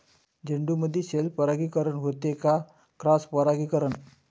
झेंडूमंदी सेल्फ परागीकरन होते का क्रॉस परागीकरन?